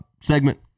segment